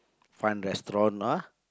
find restaurant ah